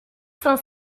sans